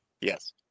Yes